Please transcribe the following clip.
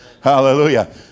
Hallelujah